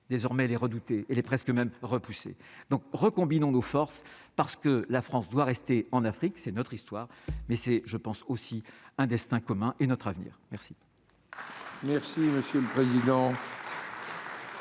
désormais les redoutés et les presque même repoussé donc recombinant nos forces parce que la France doit rester en Afrique, c'est notre histoire mais c'est, je pense aussi un destin commun et notre avenir, merci.